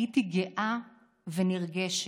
הייתי גאה ונרגשת.